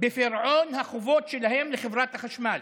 בפירעון החובות שלהם לחברת החשמל.